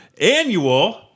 annual